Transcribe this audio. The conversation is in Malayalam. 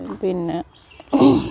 പിന്നെ